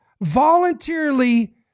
voluntarily